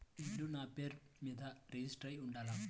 ఇల్లు నాపేరు మీదే రిజిస్టర్ అయ్యి ఉండాల?